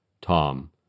Tom